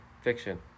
fiction